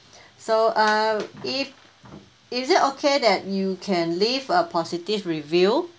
so uh if is it okay that you can leave a positive review